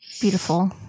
beautiful